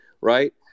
right